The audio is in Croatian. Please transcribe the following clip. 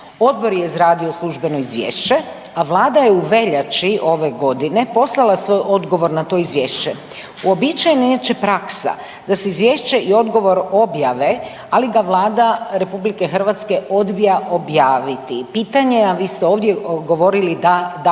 Odbor je izradio službeno izvješće a Vlada je u veljači ove godine poslala svoj odgovor na to Izvješće. Uobičajena je inače praksa, da se Izvješće i odgovor objave, ali ga Vlada RH odbija objaviti. Pitanje, a vi ste ovdje govorili, dakle, da